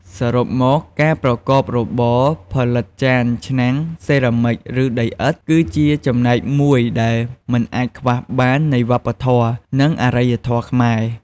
សរុបមក ការប្រកបរបរផលិតចានឆ្នាំង សេរ៉ាមិច ឬ ដីឥដ្ឋ គឺជាចំណែកមួយដែលមិនអាចខ្វះបាននៃវប្បធម៌ និងអរិយធម៌ខ្មែរ។